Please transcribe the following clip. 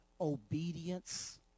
Obedience